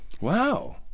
Wow